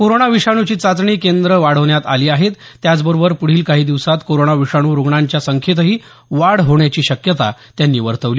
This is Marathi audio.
कोरोना विषाणुची चाचणी केंद्र वाढवण्यात आली आहेत त्याचबरोबर पुढील काही दिवसांत कोरोना विषाणू रूग्णांच्या संख्येतही वाढ होण्याची शक्यता त्यांनी वर्तवली